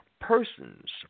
persons